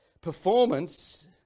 performance